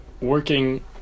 working